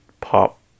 pop